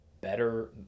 better